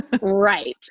Right